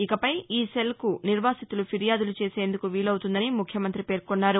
ఇకపై ఈ సెల్కు నిర్వాసితులు ఫిర్యాదులు చేసేందుకు వీలవుతుందని ముఖ్యమంతి పేర్కొన్నారు